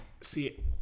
See